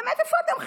באמת, איפה אתם חיים?